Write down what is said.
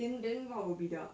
then then what would be the